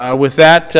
ah with that,